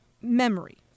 memory